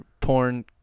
porn